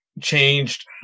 changed